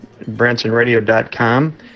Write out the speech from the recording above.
bransonradio.com